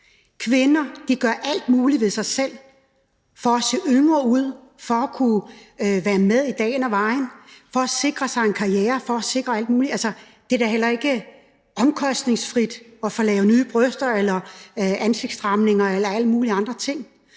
Kvinder gør alt muligt ved sig selv for at se yngre ud for at kunne være med i dagen og vejen, for at sikre sig en karriere, for at sikre alt muligt. Altså, det er da heller ikke omkostningsfrit at få lavet nye bryster eller ansigtsløftninger eller alle mulige andre ting.